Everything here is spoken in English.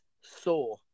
Saw